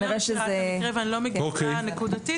אני לא מכירה נקודתית,